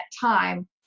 time